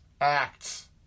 acts